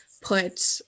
put